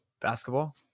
basketball